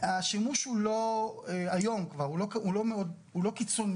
השימוש היום הוא לא קיצוני.